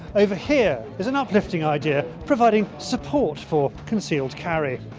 over here is an uplifting idea providing support for concealed carry.